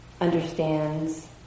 understands